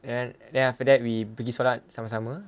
then after that we pergi solat sama-sama